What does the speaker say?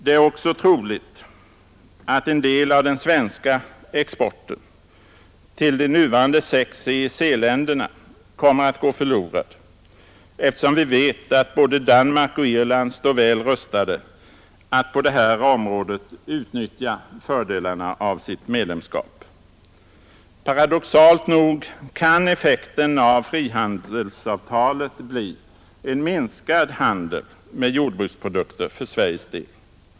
Det är också troligt att en del av den svenska exporten till de nuvarande sex EEC-länderna kommer att gå förlorad, eftersom vi vet att både Danmark och Irland står väl rustade att på det här området utnyttja fördelarna av sitt medlemskap. Paradoxalt nog kan effekten av frihandelsavtalet bli en minskad handel med jordbruksprodukter för Sveriges del.